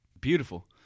Beautiful